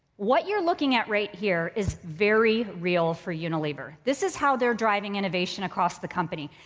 what you're looking at right here is very real for unilever. this is how they're driving innovation across the company.